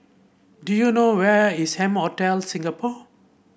do you know where is M Hotel Singapore